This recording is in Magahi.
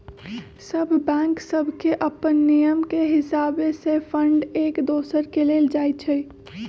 सभ बैंक सभके अप्पन नियम के हिसावे से फंड एक दोसर के देल जाइ छइ